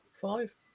Five